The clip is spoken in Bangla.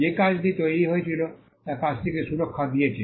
যে কাজটি তৈরি হয়েছিল তা কাজটিকে সুরক্ষা দিয়েছে